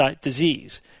disease